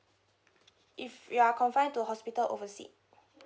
if you are confined to hospital overseas